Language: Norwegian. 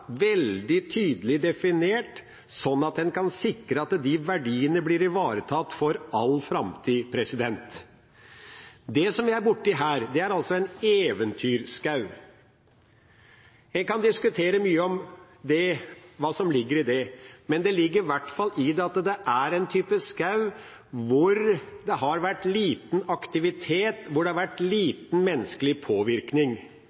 veldig tydelig definert, sånn at en kan sikre at de verdiene blir ivaretatt for all framtid. Det som vi er borti her, er altså eventyrskog. En kan diskutere hva som ligger i det, men det ligger i hvert fall i det at det er en type skog der det har vært liten aktivitet